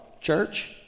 church